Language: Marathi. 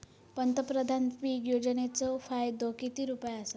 पंतप्रधान पीक योजनेचो फायदो किती रुपये आसा?